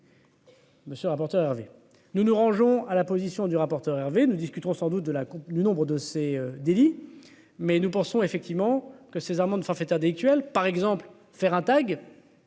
Monsieur le rapporteur Hervé nous nous rangeons à la position du rapporteur Hervé nous discuterons sans doute de la Coupe du nombre de ces délits mais nous pensons effectivement que ces amendes forfaitaires délictuelles par exemple faire un tag.